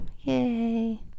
yay